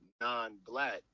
non-black